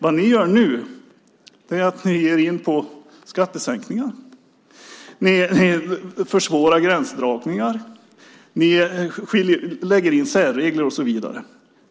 Vad ni gör nu är att ni ger er in på skattesänkningar. Ni försvårar gränsdragningar. Ni lägger in särregler och så vidare.